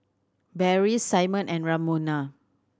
Beryl Simon and Ramona